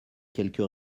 quelques